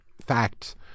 facts